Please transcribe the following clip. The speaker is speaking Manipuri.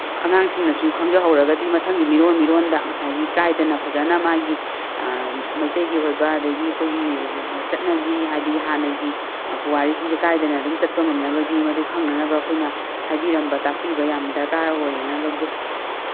ꯑꯉꯥꯡꯁꯤꯡꯅꯁꯨ ꯈꯪꯖꯍꯧꯔꯒꯗꯤ ꯃꯊꯪꯒꯤ ꯃꯤꯔꯣꯜ ꯃꯤꯔꯣꯜꯗ ꯉꯁꯥꯏꯒꯤ ꯀꯥꯏꯗꯅ ꯐꯖꯅ ꯃꯥꯒꯤ ꯃꯩꯇꯩꯒꯤ ꯑꯣꯏꯕ ꯑꯗꯒꯤ ꯑꯩꯈꯣꯏꯒꯤ ꯆꯠꯅꯕꯤ ꯍꯥꯏꯕꯗꯤ ꯍꯥꯟꯅꯒꯤ ꯄꯨꯋꯥꯔꯤ ꯁꯤꯡꯁꯦ ꯀꯥꯏꯗꯅ ꯑꯗꯨꯝ ꯆꯠꯄ ꯉꯝꯅꯕꯒꯤ ꯃꯗꯨ ꯈꯪꯅꯅꯕ ꯑꯩꯈꯣꯏꯅ ꯍꯥꯏꯕꯤꯔꯝꯕ ꯇꯥꯛꯄꯤꯕ ꯌꯥꯝ ꯗꯔꯀꯥꯔ ꯑꯣꯏꯌꯦꯅ ꯂꯧꯖꯩ